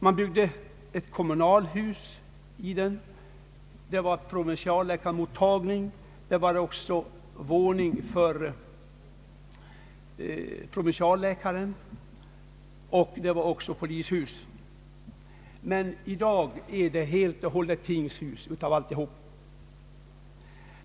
Det byggdes lokaler som man brukar ha i ett kommunalhus, provinsialläkarmottagning, bostad för provinsialläkaren och lokaler för polisen. Men i dag betraktas allt detta som tingshus.